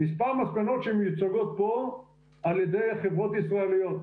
מספר מספנות שמיוצגות פה על ידי חברות ישראליות.